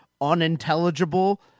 unintelligible